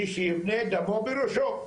מי שייבנה דמו בראשו,